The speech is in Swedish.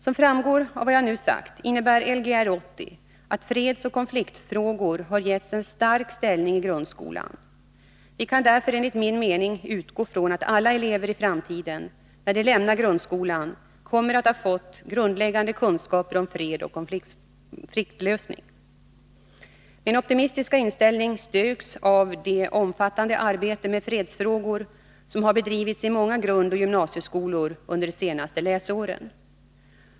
Som framgår av vad jag nu har sagt innebär Lgr 80 att fredsoch konfliktfrågor har getts en stark ställning i grundskolan. Vi kan därför enligt min mening utgå från att alla elever i framtiden när de lämnar grundskolan kommer att ha fått grundläggande kunskaper om fred och konfliktlösning. Min optimistiska inställning styrks av det omfattande arbete med fredsfrågor som har bedrivits i många grundoch gymnasieskolor under de senaste läsåren.